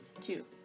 two